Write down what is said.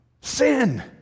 Sin